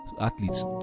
athletes